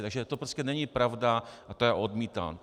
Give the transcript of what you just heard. Takže to prostě není pravda a já to odmítám.